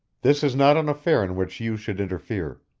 this is not an affair in which you should interfere.